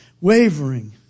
wavering